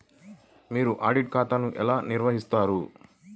మీరు ఆడిట్ ఖాతాను ఎలా నిర్వహిస్తారు?